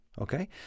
Okay